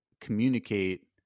communicate